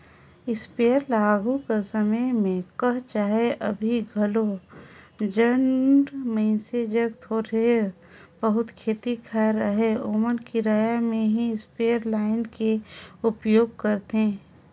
sprayer ल आघु कर समे में कह चहे अभीं घलो जउन मइनसे जग थोर बहुत खेत खाएर अहे ओमन किराया में ही इस्परे लाएन के उपयोग करथे